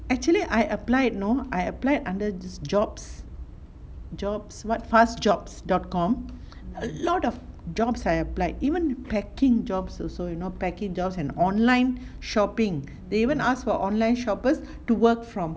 actually I applied know I applied under this jobs jobs what fast jobs dot com a lot of jobs I applied even packing jobs also you know packing jobs and online shopping they even ask for online shoppers to work from